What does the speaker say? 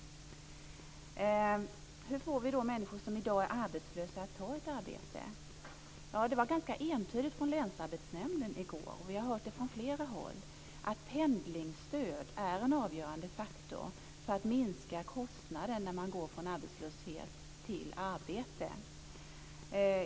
Hur får vi då människor som i dag är arbetslösa att ta ett arbete? Det var ganska entydigt från länsarbetsnämnden i går, och vi har hört det från flera håll, att pendlingsstöd är en avgörande faktor för att minska kostnaden när man går från arbetslöshet till arbete.